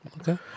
okay